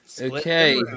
Okay